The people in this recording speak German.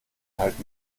halt